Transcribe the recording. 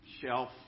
shelf